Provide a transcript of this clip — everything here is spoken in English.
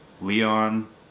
Leon